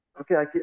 Okay